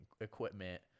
equipment—